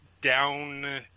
down